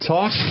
Talk